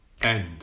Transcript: end